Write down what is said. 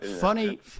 funny